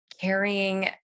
carrying